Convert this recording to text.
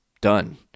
done